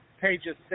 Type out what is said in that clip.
pages